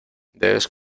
debes